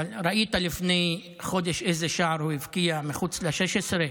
ראית איזה שער הוא הבקיע לפני חודש מחוץ ל-16?